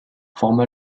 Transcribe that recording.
forma